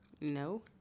No